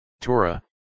Torah